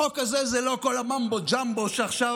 החוק הזה זה לא כל הממבו-ג'מבו שעכשיו,